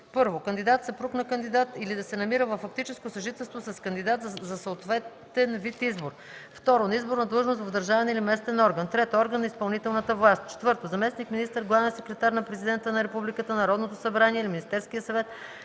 1. кандидат, съпруг на кандидат или да се намира във фактическо съжителство с кандидат за съответен вид избор; 2. на изборна длъжност в държавен или местен орган; 3. орган на изпълнителната власт; 4. заместник-министър, главен секретар на президента на републиката, Народното събрание или Министерския съвет,